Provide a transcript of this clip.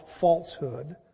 falsehood